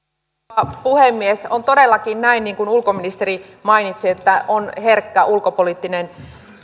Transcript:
arvoisa rouva puhemies on todellakin näin niin kuin ulkoministeri mainitsi että on herkkä ulkopoliittinen